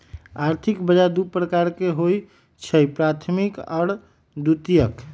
आर्थिक बजार दू प्रकार के होइ छइ प्राथमिक आऽ द्वितीयक